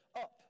up